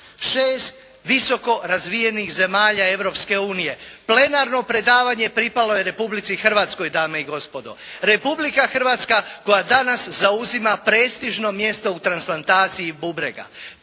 Šest visoko razvijenih zemalja Europske unije, plenarno predavanje pripalo je Republici Hrvatskoj dame i gospodo. Republika Hrvatska koja danas zauzima prestižno mjesto u transplantaciji bubrega,